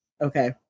okay